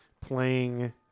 playing